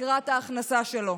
לתקרת ההכנסה שלו.